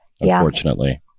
unfortunately